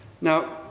Now